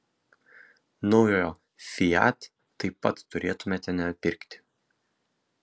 naujojo fiat taip pat turėtumėte nepirkti